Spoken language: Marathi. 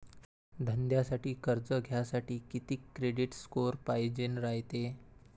धंद्यासाठी कर्ज घ्यासाठी कितीक क्रेडिट स्कोर पायजेन रायते?